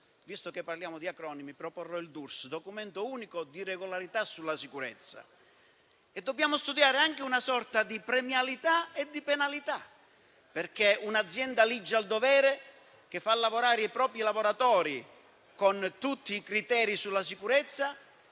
visto che parliamo di acronimi, il documento unico di regolarità sulla sicurezza e dobbiamo studiare anche una sorta di premialità e di penalità, perché a un'azienda ligia al dovere, che fa lavorare i propri lavoratori con tutti i criteri sulla sicurezza,